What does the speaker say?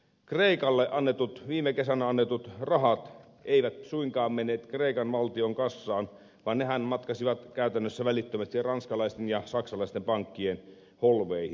kreikalle viime kesänä annetut rahat eivät suinkaan menneet kreikan valtion kassaan vaan nehän matkasivat käytännössä välittömästi ranskalaisten ja saksalaisten pankkien holveihin